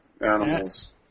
animals